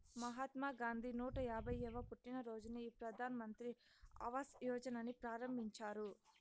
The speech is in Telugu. మహాత్మా గాంధీ నూట యాభైయ్యవ పుట్టినరోజున ఈ ప్రధాన్ మంత్రి ఆవాస్ యోజనని ప్రారంభించారు